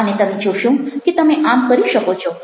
અને તમે જોશો કે તમે આમ કરી શકો છો